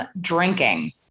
drinking